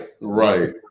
right